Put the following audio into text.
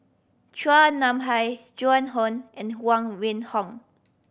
Chua Nam Hai Joan Hon and Huang Wenhong